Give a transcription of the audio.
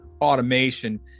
automation